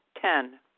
Ten